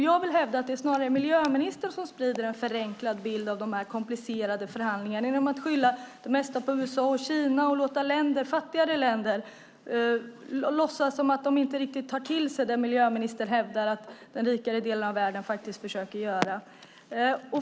Jag vill hävda att det snarare är miljöministern som sprider en förenklad bild av de komplicerade förhandlingarna genom att skylla det mesta på USA och Kina och låtsas som att fattigare länder inte riktigt tar till sig vad miljöministern hävdar att den rikare delen av världen försöker göra.